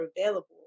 available